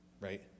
right